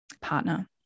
partner